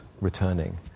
returning